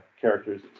characters